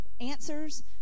answers